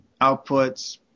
outputs